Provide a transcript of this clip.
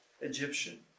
Egyptian